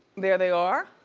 there they are,